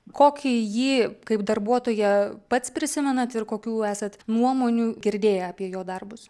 kokį jį kaip darbuotoją pats prisimenat ir kokių esat nuomonių girdėję apie jo darbus